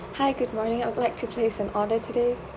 hi good morning I would like to place an order today